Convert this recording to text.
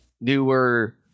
newer